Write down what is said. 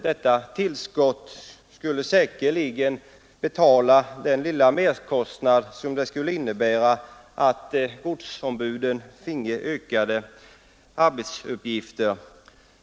Detta tillskott skulle säkerligen betala den lilla merkostnad som det skulle innebära att godsombudet finge ökade arbetsuppgifter.